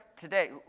today